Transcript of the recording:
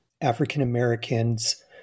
African-Americans